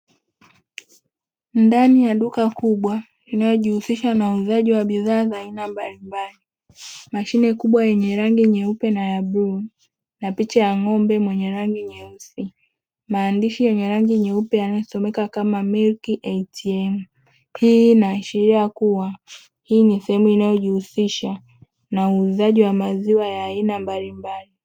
Ndani ya duka kubwa linalojihusisha na uuzaji wa bidhaa za aina mbalimbali, mashine kubwa yenye rangi nyeupe na ya bluu, na picha ya ng'ome mwenye rangi nyeusi, maandishi yenye rangi nyeupe yanayosomeka kama "MILK ATM". Hii inaashiria kuwa hii ni sehemu inayojihusisha na uuzaji wa maziwa ya aina mbalimbali.